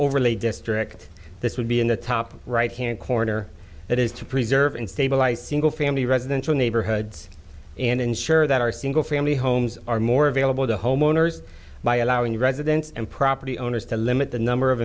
overlay district this would be in the top right hand corner that is to preserve and stabilize single family residential neighborhoods and ensure that our single family homes are more available to homeowners by allowing residents and property owners to limit the number of